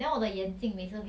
有 anti fog 眼镜 meh